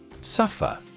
Suffer